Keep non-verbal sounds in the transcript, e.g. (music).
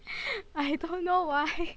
(breath) I don't know why